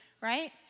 right